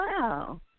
wow